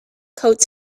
coats